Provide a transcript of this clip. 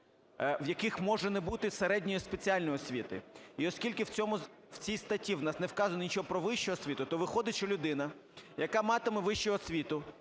в яких може не бути середньої спеціальної освіти, і оскільки в цій статті у нас не вказано нічого про вищу освіту, то виходить, що людина, яка матиме вищу освіту,